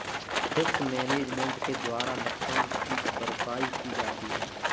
risk management के द्वारा नुकसान की भरपाई की जाती है